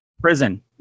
prison